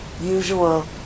usual